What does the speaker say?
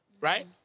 Right